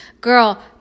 Girl